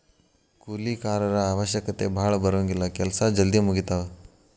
ಕೂಲಿ ಕಾರರ ಅವಶ್ಯಕತೆ ಭಾಳ ಬರುಂಗಿಲ್ಲಾ ಕೆಲಸಾ ಜಲ್ದಿ ಮುಗಿತಾವ